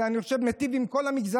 אני חושב שזה מיטיב עם כל המגזרים,